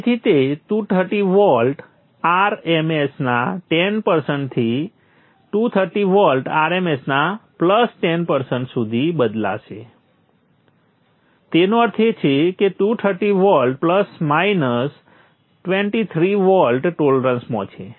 તેથી તે 230 volt RMS ના 10 થી 230 વોલ્ટ RMS ના 10 સુધી બદલાશે તેનો અર્થ છે 230 વોલ્ટ 23 વોલ્ટ ટોલરન્સમાં છે